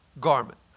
garment